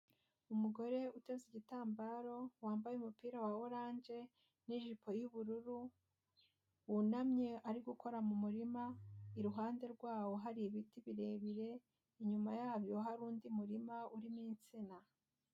Umugore uteze igitambaro wambaye umupira wa orange n'ijipo y'ubururu wunamye ari gukora mu murima, iruhande rwawo hari ibiti birebire, inyuma yabyo hari undi murima urimo insina.